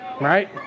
right